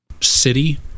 city